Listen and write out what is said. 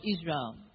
Israel